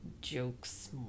jokes